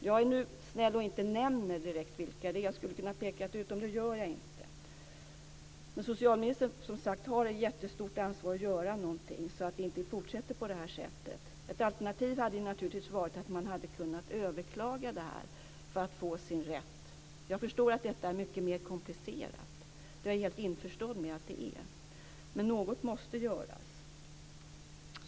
Jag är snäll och nämner inte direkt vilka det är fråga om. Jag skulle kunna peka ut dem, men jag gör det inte. Socialministern har ett stort ansvar att göra någonting, så att det inte fortsätter så. Ett alternativ hade varit att kunna överklaga för att få sin rätt. Jag förstår att det är mer komplicerat. Något måste göras.